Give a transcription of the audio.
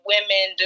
women